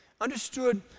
Understood